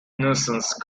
nuisance